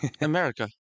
America